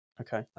Okay